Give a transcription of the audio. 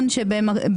יחד.